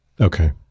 Okay